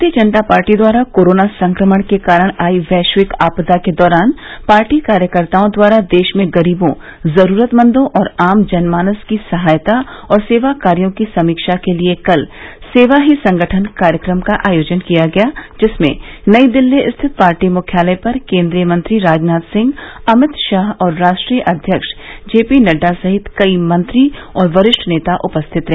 भारतीय जनता पार्टी द्वारा कोरोना संक्रमण के कारण आई वैश्विक आपदा के दौरान पार्टी कार्यकर्ताओं द्वारा देश में गरीबों जरूरतमदों और आम जन मानस की सहायता और सेवा कार्यो की समीक्षा के लिये कल सेवा ही संगठन कार्यक्रम का आयोजन किया गया जिसमें नई दिल्ली स्थित पार्टी मुख्यालय पर केन्द्रीय मंत्री राजनाथ सिंह अमित शाह और राष्ट्रीय अध्यक्ष जेपी नड़्डा सहित कई मंत्री और वरिष्ठ नेता उपस्थित रहे